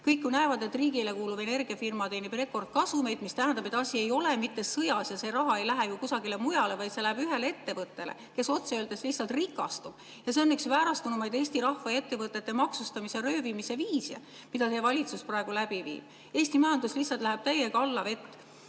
Kõik ju näevad, et riigile kuuluv energiafirma teenib rekordkasumeid, mis tähendab, et asi ei ole mitte sõjas ja see raha ei lähe ju kusagile mujale, vaid see läheb ühele ettevõttele, kes otse öeldes lihtsalt rikastub. See on üks väärastunumaid Eesti rahva ja ettevõtete maksustamise ja röövimise viise, mida teie valitsus praegu läbi viib. Eesti majandus lihtsalt läheb täiega allavett.